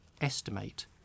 estimate